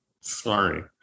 Sorry